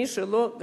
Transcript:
מי שלא,